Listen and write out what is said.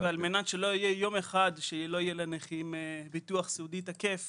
על מנת שלא יהיה יום אחד שלא יהיה לנכים ביטוח סיעודי תקף